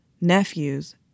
nephews